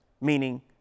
meaning